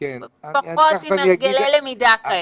הם פחות עם הרגלי למידה.